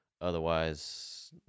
Otherwise